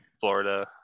Florida